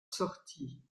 sortit